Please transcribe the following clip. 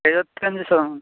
എഴുപത്തഞ്ച് ശതമാനം